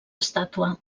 estàtua